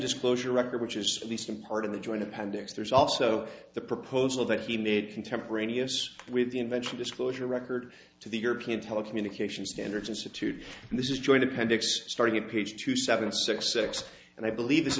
disclosure record which is at least in part of the joint appendix there's also the proposal that he made contemporaneous with the invention disclosure record to the european telecommunications standards institute and this is joint appendix starting a page two seven six six and i believe